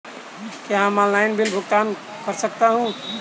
क्या मैं online bill का भुगतान कर सकता हूँ?